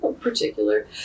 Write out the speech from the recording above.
particular